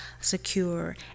secure